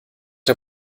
der